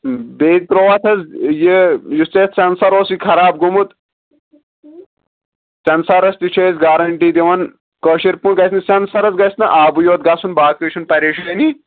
بیٚیہِ تروو اتھ حظ یہِ یُس ژےٚ یتھ سیٚنسر اوسٕے خراب گوٚمُت سیٚنسرس تہِ چھِ أسۍ گارنٹی دِوان کٲشِر پٲٹھۍ گژھنہٕ سیٚنسرس گژھنہِ آبٕے یوت گژھُن باقٕے چھُنہٕ پریشٲنی